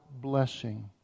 blessing